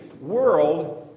world